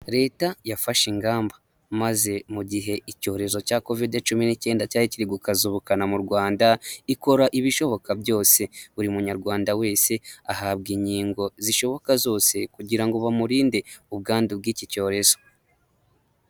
Leta yafashe ingamba maze mu gihe icyorezo cya Kovide cumi n'icyenda cyari kiri gukaza ubukana mu Rwanda ikora ibishoboka byose buri munyarwanda wese ahabwa inkingo zishoboka zose kugira ngo bamurinde ubwandu bw'iki cyorezo.